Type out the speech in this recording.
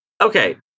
Okay